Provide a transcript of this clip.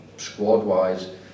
squad-wise